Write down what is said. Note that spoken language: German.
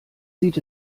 sieht